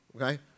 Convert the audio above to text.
okay